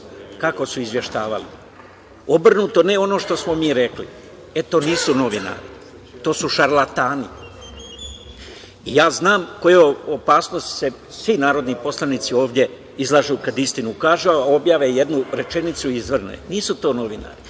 kako su izveštavali, obrnuto, ne ono što smo mi rekli. E, to nisu novinari, to su šarlatani. Znam kojoj se opasnosti svi narodni poslanici ovde izlažu kad istinu kažu, a objave jednu rečenicu i izvrnu. Nisu to novinari. Znači,